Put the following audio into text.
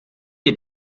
ihr